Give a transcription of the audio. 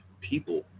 people